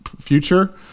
future